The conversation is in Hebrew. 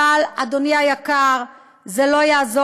אני גאה, אני,